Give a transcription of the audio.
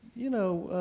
you know,